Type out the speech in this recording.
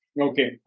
Okay